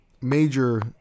major